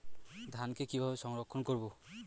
ধানকে কিভাবে সংরক্ষণ করব?